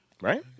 Right